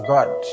God